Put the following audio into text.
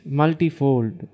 multifold